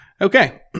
okay